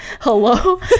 hello